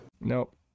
Nope